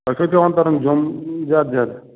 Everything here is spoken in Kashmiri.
تۄہہِ چھُو پٮ۪وان تَرُن جوٚم زیادٕ زیادٕ